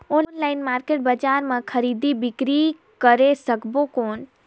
Online market बजार मां खरीदी बीकरी करे सकबो कौन?